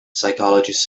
psychologist